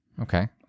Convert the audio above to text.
Okay